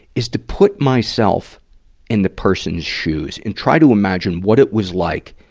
is to put myself in the person's shoes and try to imagine what it was like,